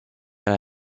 ole